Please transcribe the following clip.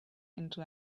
into